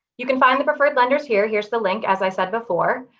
you can find the preferred lenders here. here's the link, as i said before.